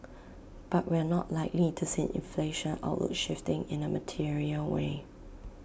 but we're not likely to see inflation outlook shifting in A material way